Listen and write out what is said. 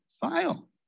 file